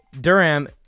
Durham